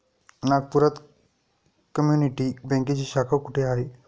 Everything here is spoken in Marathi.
नागपुरात कम्युनिटी बँकेची शाखा कुठे आहे?